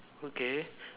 okay